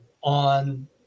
on